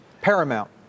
Paramount